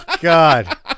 God